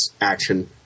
action